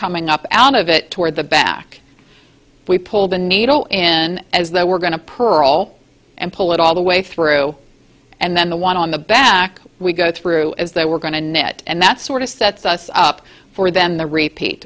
coming up out of it toward the back we pull the needle in as though we're going to pearl and pull it all the way through and then the one on the back we go through as though we're going to net and that sort of sets us up for then the repeat